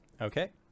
Okay